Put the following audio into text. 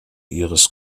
ihres